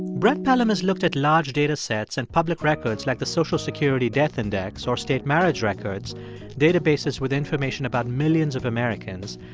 brett pelham has looked at large data sets and public records like the social security death index or state marriage records databases with information about millions of americans.